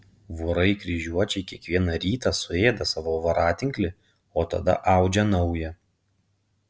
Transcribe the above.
vorai kryžiuočiai kiekvieną rytą suėda savo voratinklį o tada audžia naują